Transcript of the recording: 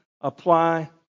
apply